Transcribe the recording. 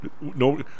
no